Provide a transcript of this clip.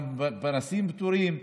גם פנסים פטורים.